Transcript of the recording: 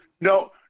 no